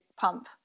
pump